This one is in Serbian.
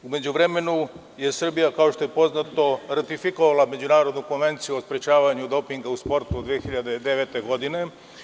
U međuvremenu je Srbija, kao što je poznato, ratifikovala međunarodnu Konvenciju o sprečavanju dopinga u sportu 2009. godine.